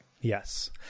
Yes